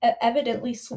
evidently